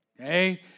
okay